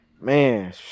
Man